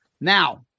Now